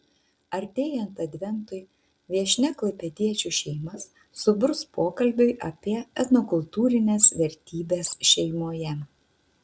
artėjant adventui viešnia klaipėdiečių šeimas suburs pokalbiui apie etnokultūrines vertybes šeimoje